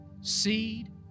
Seed